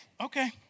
Okay